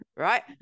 right